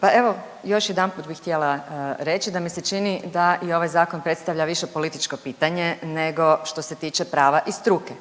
Pa evo, još jedanput bih htjela reći da mi se čini da i ovaj Zakon predstavlja više političko pitanje nego što se tiče prava i struke.